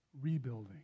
rebuilding